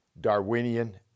Darwinian